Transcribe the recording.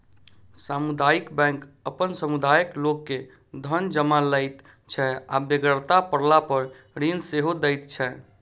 सामुदायिक बैंक अपन समुदायक लोक के धन जमा लैत छै आ बेगरता पड़लापर ऋण सेहो दैत छै